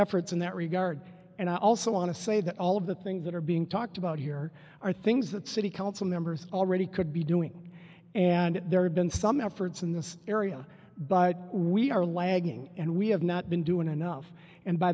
efforts in that regard and i also want to say that all of the things that are being talked about here are things that city council members already could be doing and there have been some efforts in this area but we are lagging and we have not been doing enough and by